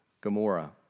Gomorrah